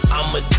I'ma